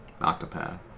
Octopath